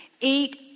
Eat